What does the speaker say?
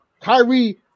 Kyrie